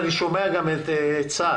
ואני שומע גם את צה"ל,